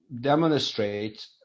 demonstrate